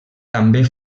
també